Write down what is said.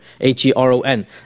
H-E-R-O-N